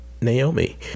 naomi